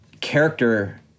character